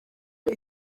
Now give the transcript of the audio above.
ari